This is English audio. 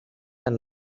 and